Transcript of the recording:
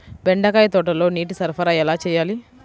బెండకాయ తోటలో నీటి సరఫరా ఎలా చేయాలి?